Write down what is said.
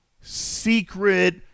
secret